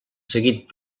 seguit